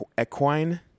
equine